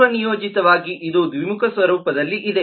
ಪೂರ್ವನಿಯೋಜಿತವಾಗಿ ಇದು ದ್ವಿಮುಖ ಸ್ವರೂಪದಲ್ಲಿದೆ